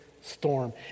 storm